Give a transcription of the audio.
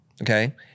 okay